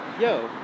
yo